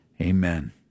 Amen